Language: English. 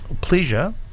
pleasure